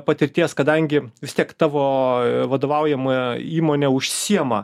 patirties kadangi vis tiek tavo vadovaujama įmonė užsiima